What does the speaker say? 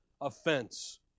offense